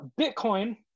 Bitcoin